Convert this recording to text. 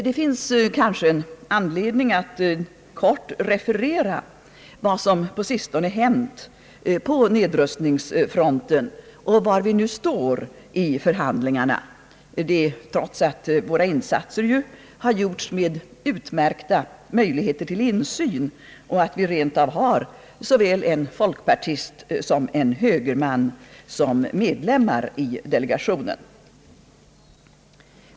Det finns kanske anledning att kort referera vad som på sistone hänt på nedrustningsfronten och var vi nu står i förhandlingarna, trots att våra insatser ju har gjorts med utmärkta möjligheter till insyn och att vi har såväl en folkpartist som en högerman som medlemmar i delegationen.